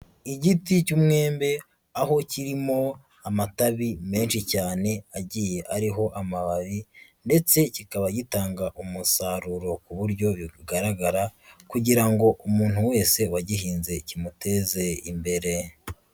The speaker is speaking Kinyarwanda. Igiti cy'umwembe aho kirimo amatabi menshi cyane agiye ariho amababi ndetse kikaba gitanga umusaruro ku buryo bigaragara kugira ngo umuntu wese wagihinze kimuteze imbere.